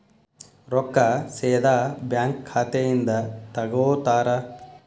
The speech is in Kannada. ರೊಕ್ಕಾ ಸೇದಾ ಬ್ಯಾಂಕ್ ಖಾತೆಯಿಂದ ತಗೋತಾರಾ?